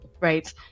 right